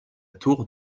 tour